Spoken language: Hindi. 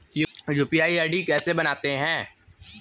यू.पी.आई आई.डी कैसे बनाते हैं?